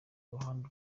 ruhande